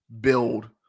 build